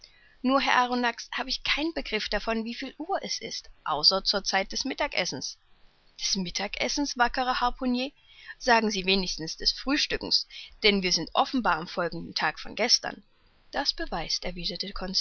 nur herr arronax habe ich keinen begriff davon wie viel uhr es ist außer zur zeit des mittagessens des mittagessens wackerer harpunier sagen sie wenigstens des frühstückens denn wir sind offenbar am folgenden tag von gestern das beweist